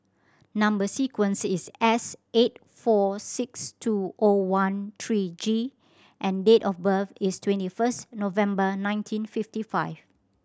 number sequence is S eight four six two O one three G and date of birth is twenty first November nineteen fifty five